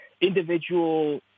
individual